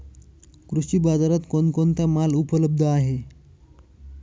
कृषी बाजारात कोण कोणता माल उपलब्ध आहे?